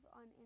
on